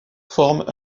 forme